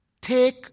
take